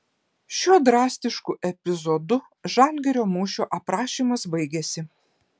šiuo drastišku epizodu žalgirio mūšio aprašymas baigiasi